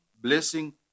blessing